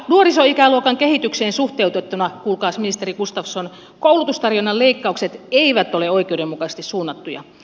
nuorisoikäluokan kehitykseen suhteutettuna kuulkaas ministeri gustafsson koulutustarjonnan leikkaukset eivät ole oikeudenmukaisesti suunnattuja